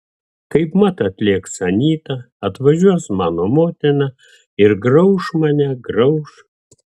kaipmat atlėks anyta atvažiuos mano motina ir grauš mane grauš